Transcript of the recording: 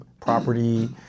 property